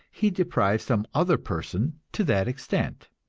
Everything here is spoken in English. he deprives some other person to that extent.